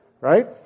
Right